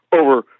over